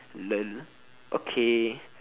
lol okay